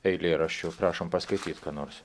eilėraščių prašom paskaityt ką nors